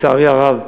לצערי הרב,